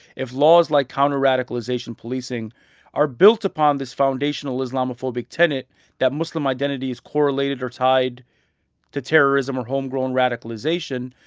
if laws like counterradicalization policing are built upon this foundational islamophobic tenet that muslim identity is correlated or tied to terrorism or homegrown radicalization.